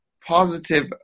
positive